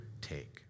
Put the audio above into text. take